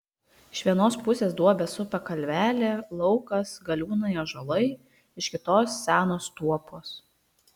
iš vienos pusės duobę supa kalvelė laukas galiūnai ąžuolai iš kitos senos tuopos